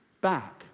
back